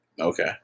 okay